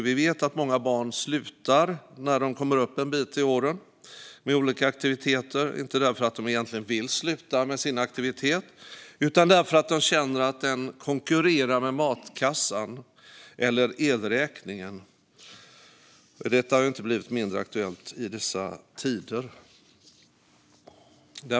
Vi vet att många barn slutar med olika aktiviteter när de kommer en bit upp i åren, inte för att de egentligen vill sluta med sin aktivitet utan för att de känner att den konkurrerar med matkassan eller elräkningen, något som inte blivit mindre aktuellt i dessa tider.